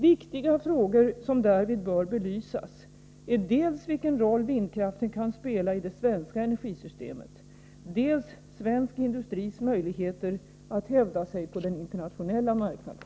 Viktiga frågor som därvid bör belysas är dels vilken roll vindkraften kan spela i det svenska energisystemet, dels svensk industris möjligheter att hävda sig på den internationella marknaden.